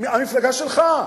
המפלגה שלך.